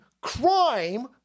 crime